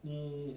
你